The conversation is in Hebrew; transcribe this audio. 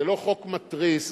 זה לא חוק מתריס,